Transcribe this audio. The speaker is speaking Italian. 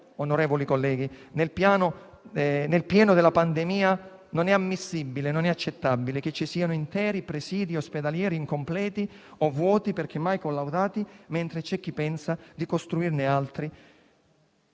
Onorevoli colleghi, nel pieno della pandemia non è poi ammissibile né accettabile che ci siano interi presidi ospedalieri incompleti o vuoti, perché mai collaudati, mentre c'è chi pensa di costruirne altri.